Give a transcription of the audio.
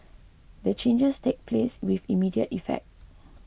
the changes take place with immediate effect